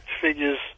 figures